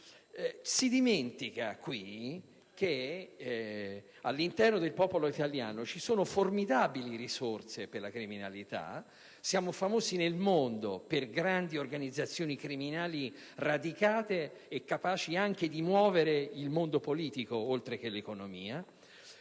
Si dimentica che, all'interno del popolo italiano, vi sono formidabili risorse per la criminalità e che noi siamo famosi nel mondo per le grandi organizzazioni criminali, radicate e capaci anche di muovere il mondo politico, oltre che l'economia.